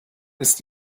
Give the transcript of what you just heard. ist